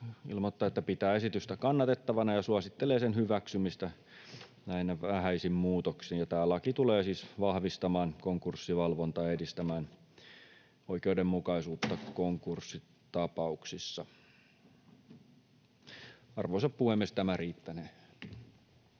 ilmoittaa, että pitää esitystä kannatettavana, ja suosittelee sen hyväksymistä näine vähäisin muutoksin. Tämä laki tulee siis vahvistamaan konkurssivalvontaa ja edistämään oikeudenmukaisuutta konkurssitapauksissa. Arvoisa puhemies! Tämä riittänee.